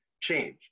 change